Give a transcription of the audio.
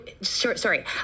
sorry